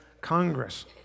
Congress